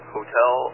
Hotel